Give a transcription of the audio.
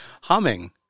humming